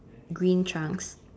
green trunks